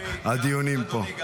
אדוני,